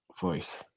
voice